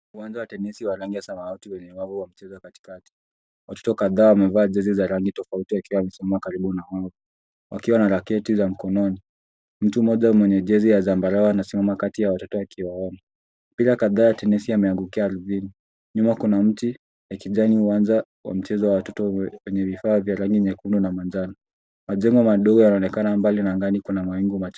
Uwanja wa tenisi wa rangi ya samawati wenye wavu wa mchezo katikati. Watoto kadhaa wamevaa jezi za rangi tofauti wakiwa wamesimama karibu na mwembe wakiwa na raketi za mkononi. Mtu mmoja mwenye jezi ya zambarau anasimama kati ya watoto akiwaonya. Mipira kadhaa ya tenisi yameangukia ardhini. Nyuma kuna mti ya kijani, uwanja wa watoto wa michezo wenye vifaa vya rangi nyekundu na manjano. Majengo ya madogo yanaonekana angani na kuna mawingu machache.